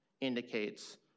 indicates